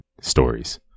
stories